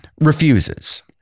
refuses